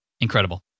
incredible